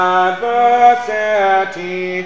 adversity